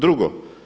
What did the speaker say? Drugo.